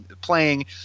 playing